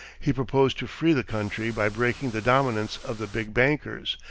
he proposed to free the country by breaking the dominance of the big bankers,